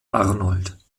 arnold